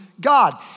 God